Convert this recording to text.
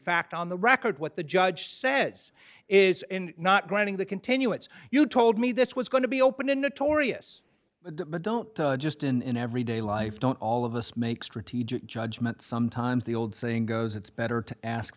fact on the record what the judge says is not granting the continuance you told me this was going to be open in the torrijos but don't just in everyday life don't all of us make strategic judgement sometimes the old saying goes it's better to ask